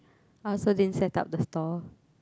I also din set up the stall